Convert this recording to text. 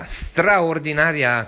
straordinaria